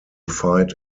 fight